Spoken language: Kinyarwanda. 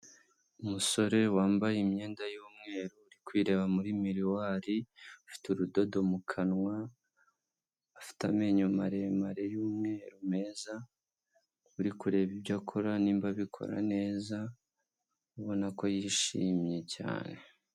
Umusore wambaye imyenda y'umweru uri kwireba muri miruwari, ufite urudodo mu kanwa, afite amenyo maremare y'umweru meza, uri kureba ibyo akora niba abikora neza, ubona ko yishimye cyane.